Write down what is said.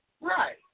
Right